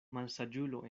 malsaĝulo